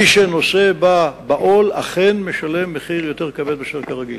מי שנושא בה בעול אכן משלם מחיר יותר כבד מאשר כרגיל.